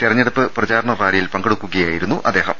തിരഞ്ഞെടുപ്പ് പ്രചാരണ റാലിയിൽ പങ്കെടുക്കുകയായി രുന്നു അദ്ദേഹം